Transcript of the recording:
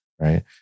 right